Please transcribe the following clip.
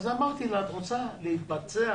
אמרתי לה: את רוצה להתמקצע?